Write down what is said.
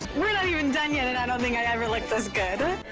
we're not even done yet and i don't think i've ever looked this good.